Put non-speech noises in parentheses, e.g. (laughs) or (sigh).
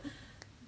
(laughs)